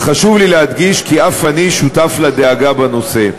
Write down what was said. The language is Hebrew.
וחשוב לי להדגיש כי אני שותף לדאגה זו.